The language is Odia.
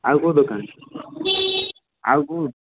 ଆଉ କେଉଁ ଦୋକାନ ଆଉ କେଉଁ